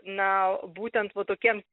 na būtent va tokiems